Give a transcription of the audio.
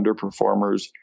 underperformers